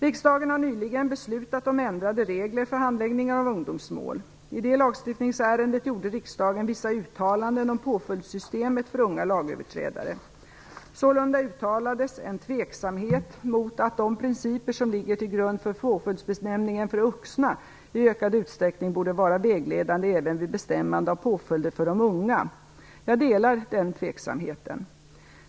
Riksdagen har nyligen beslutat om ändrade regler för handläggningen av ungdomsmål. I det lagstiftningsärendet gjorde riksdagen vissa uttalanden om påföljdssystemet för unga lagöverträdare. Sålunda uttalades en tveksamhet mot att de principer som ligger till grund för påföljdsbestämningen för vuxna i ökad utsträckning borde vara vägledande även vid bestämmandet av påföljder för de unga. Även jag är tveksam på den punkten.